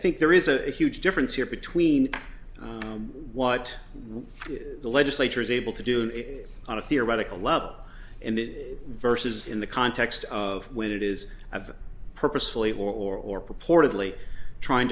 think there is a huge difference here between what the legislature is able to do it on a theoretical level and verses in the context of where it is i've purposefully or purportedly trying